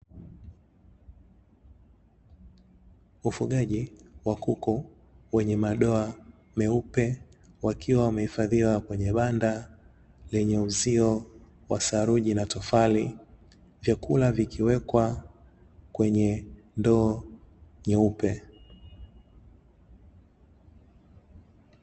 Ufugaji wa kuku wenye madoa meupe, wakiwa wamehifadhiwa kwenye banda lenye uzio wa saruji na tofali, vyakula vikiwekwa kwenye ndoo nyeupe.